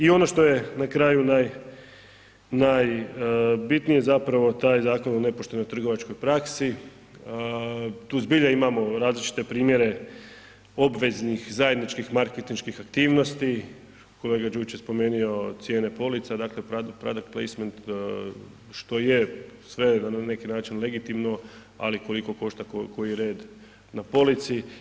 I ono što je na kraju naj, najbitnije je zapravo taj Zakon o nepoštenoj trgovačkoj praksi, tu zbilja imamo različite primjere obveznih zajedničkih marketinških aktivnosti kolega Đujić je spomenuo cijene police, dakle product placement, što je sve na neki način legitimno ali koliko košta koji red na polici.